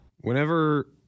Whenever